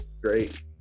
Great